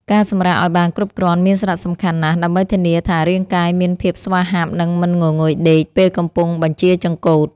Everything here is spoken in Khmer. ការសម្រាកឱ្យបានគ្រប់គ្រាន់មានសារៈសំខាន់ណាស់ដើម្បីធានាថារាងកាយមានភាពស្វាហាប់និងមិនងងុយដេកពេលកំពុងបញ្ជាចង្កូត។